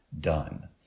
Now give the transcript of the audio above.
done